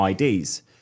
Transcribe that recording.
IDs